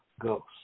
ghost